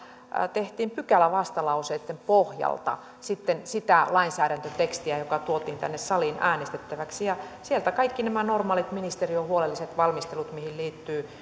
tehtiin pykälävastalauseitten pohjalta sitä lainsäädäntötekstiä joka tuotiin tänne saliin äänestettäväksi ja sieltä kaikki nämä normaalit ministeriön huolelliset valmistelut mihin liittyvät